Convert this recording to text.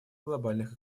глобальных